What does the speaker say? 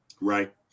Right